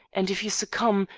and if you succumb,